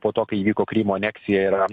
po to kai įvyko krymo aneksija yra